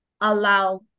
allow